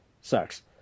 sucks